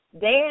Dan